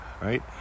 Right